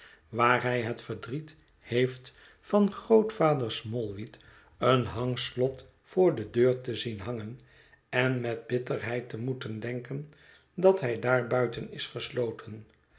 waar hij het verdriet heeft van grootvader smallweed een hangslot voor de deur te zien hangen en met bitterheid te moeten denken dat hij daarbuiten is gesloten